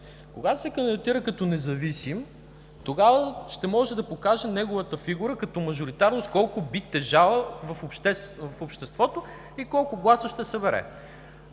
Когато се кандидатира като независим, тогава ще може да покаже неговата фигура като мажоритарност колко би тежала в обществото и колко гласа ще събера.